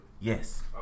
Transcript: Yes